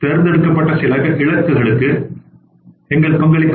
தேர்ந்தெடுக்கப்பட்ட சில இலக்குகளுக்கு எங்கள் பங்களிப்பு என்ன